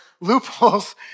loopholes